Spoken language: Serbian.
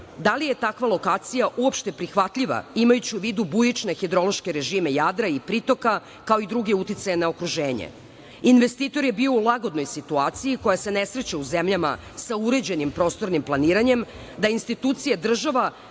da li je takva lokacija uopšte prihvatljiva, imajući u vidu bujične hidrološke režime Jadra i pritoka, kao i druge uticaje na okruženje. Investitor je bio u lagodnoj situaciji koja se ne sreće u zemljama sa uređenim prostornim planiranjem, da institucije i država